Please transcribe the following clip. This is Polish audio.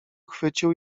chwycił